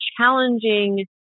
challenging